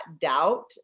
doubt